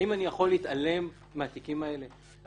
האם אני יכול להתעלם מהתיקים האלה?